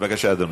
בבקשה, אדוני.